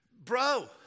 Bro